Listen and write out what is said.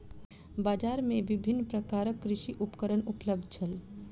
बजार में विभिन्न प्रकारक कृषि उपकरण उपलब्ध छल